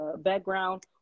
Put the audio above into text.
background